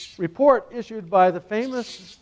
report issued by the famous